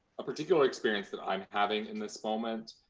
a particular experience that i'm having in this moment